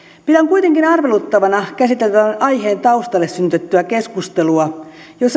kuitenkin arveluttavana käsiteltävän aiheen taustalle synnytettyä keskustelua jossa kansalaisten pelkoja ja